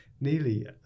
nearly